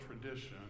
tradition